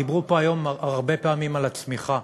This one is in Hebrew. דיברו פה היום הרבה פעמים על הצמיחה.